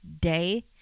day